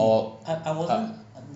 orh ah